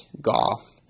Golf